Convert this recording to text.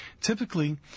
Typically